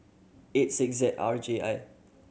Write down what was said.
eight six Z R J I